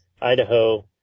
Idaho